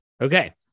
Okay